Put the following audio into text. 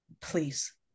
Please